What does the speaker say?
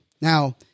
Now